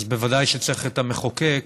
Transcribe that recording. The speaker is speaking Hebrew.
אז בוודאי שצריך את המחוקק